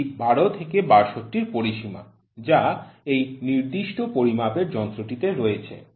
এটি ১২ থেকে ৬২ র পরিসীমা যা এই নির্দিষ্ট পরিমাপের যন্ত্রটিতে রয়েছে